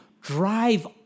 Drive